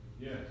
Yes